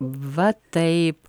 va taip